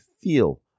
feel